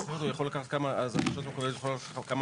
עודד,